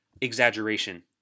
exaggeration